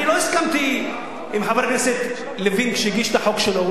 אני לא הסכמתי עם חבר הכנסת לוין כשהגיש את החוק שלו.